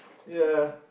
ya